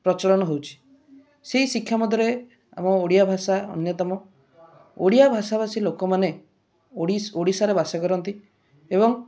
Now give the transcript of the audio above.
ପ୍ରଚଳନ ହେଉଛି ସେହି ଶିକ୍ଷା ମଧ୍ୟରେ ଆମ ଓଡ଼ିଆ ଭାଷା ଅନ୍ୟତମ ଓଡ଼ିଆ ଭାଷା ଭାଷୀ ଲୋକମାନେ ଓଡ଼ିଶାରେ ବାସ କରନ୍ତି ଏବଂ